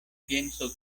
pienso